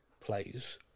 plays